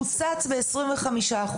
קוצץ בכ-25%.